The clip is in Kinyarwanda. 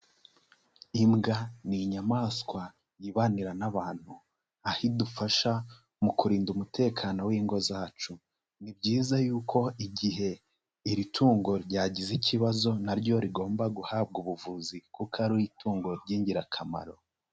Imbwa ni inyamaswa yibanira n'abantu, aho idufasha mu kurinda umutekano w'ingo zacu, ni byiza yuko igihe iri tungo ryagize ikibazo na ryo rigomba guhabwa ubuvuzi kuko ari itungo ry'ingirakamaro.